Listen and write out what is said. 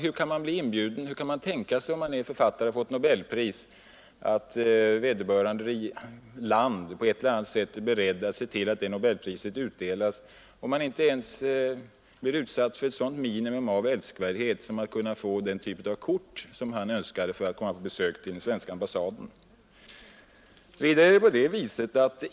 Hur kan man tänka sig, om man är författare och har fått nobelpris, att vederbörande land på ett eller annat sätt är berett att se till att det nobelpriset utdelas, om man inte ens blir utsatt för ett sådant minimum av älskvärdhet som att få den typ av kort som Solsjenitsyn önskade för att komma på besök hos den svenska ambassaden?